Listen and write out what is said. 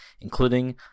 including